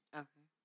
okay